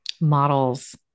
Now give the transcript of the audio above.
models